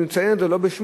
אני אציין את זה לא בשמו,